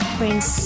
brings